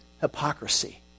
hypocrisy